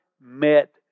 met